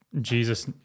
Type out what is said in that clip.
Jesus